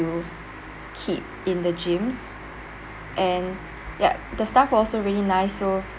to keep in the gyms and yup the staff were also really nice so